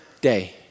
day